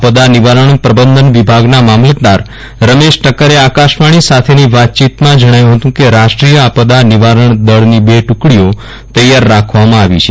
આપદા નિવારણ પ્રબંધન વિભાગના મામલતદાર રમેશ ઠક્કરે આકાશવાણી સાથેની વાતયીતમાં જણાવ્યુ હતું કે રાષ્ટ્રીય આપદા નિવારણદળની બે ટુકડીઓ તૈયાર રાખવામાં આવી છે